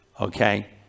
Okay